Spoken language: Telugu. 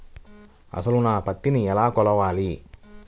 అసలు నా పత్తిని ఎలా కొలవాలి?